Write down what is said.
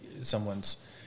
someone's